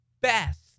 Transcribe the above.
best